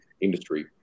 industry